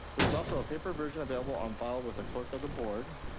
there's also a paper version available on file with the clerk of the board.